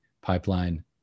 pipeline